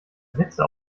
sätze